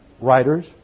writers